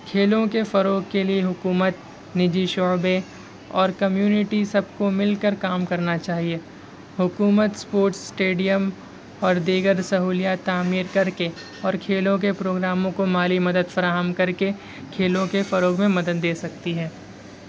کھیلوں کے فروغ کے لیے حکومت نجی شعبے اور کمیونٹی سب کو مل کر کام کرنا چاہیے حکومت اسپورٹ اسٹیڈم اور دیگر سہولیات تعمیرکر کے اور کھیلوں کے پروگراموں کو مالی مدد فراہم کر کے کھیلوں کے فروغ میں مدد دے سکتی ہے